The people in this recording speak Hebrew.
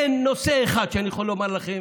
אין נושא אחד שאני יכול לומר לכם